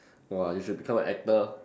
!wah! you should become a actor